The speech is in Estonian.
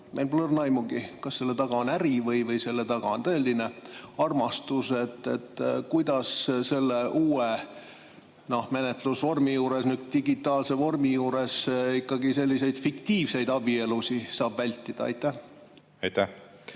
meil pole õrna aimugi, kas selle taga on äri või selle taga on tõeline armastus. Kuidas selle uue menetlusvormi juures, digitaalse vormi juures ikkagi selliseid fiktiivseid abielusid saab vältida? Aitäh!